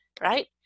right